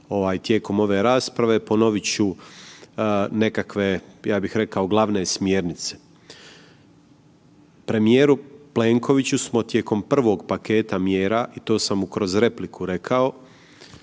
tijekom ove rasprave. Ponovit ću nekakve ja bih rekao glavne smjernice. Premijeru Plenkoviću smo tijekom prvog paketa mjera i to sam mu kroz repliku rekao,